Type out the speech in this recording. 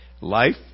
Life